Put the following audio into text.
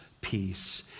peace